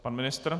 Pan ministr?